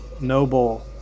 noble